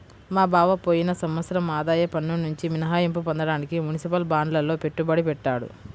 మా బావ పోయిన సంవత్సరం ఆదాయ పన్నునుంచి మినహాయింపు పొందడానికి మునిసిపల్ బాండ్లల్లో పెట్టుబడి పెట్టాడు